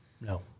no